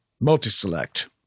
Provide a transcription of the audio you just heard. multi-select